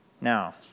Now